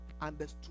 understood